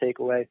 takeaway